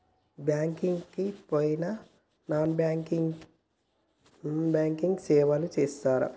Bank కి పోయిన non banking సేవలు చేస్తరా?